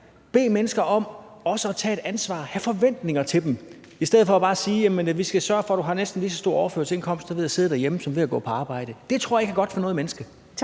bede mennesker om at tage et ansvar, have forventninger til dem, i stedet for bare at sige, at vi skal sørge for, at du har en næsten lige så stor indkomst ved at sidde derhjemme som ved at gå på arbejde? Det tror jeg ikke er godt for noget menneske.